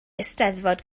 eisteddfod